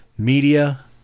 Media